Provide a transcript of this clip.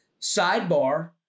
sidebar